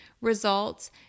results